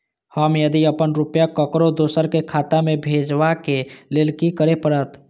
हम यदि अपन रुपया ककरो दोसर के खाता में भेजबाक लेल कि करै परत?